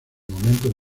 momentos